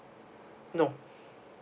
no